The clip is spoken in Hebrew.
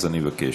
אני אבקש,